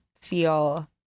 feel